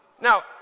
Now